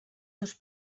dos